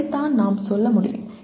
அதைத்தான் நாம் சொல்ல முடியும்